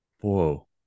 Whoa